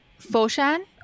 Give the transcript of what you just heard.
Foshan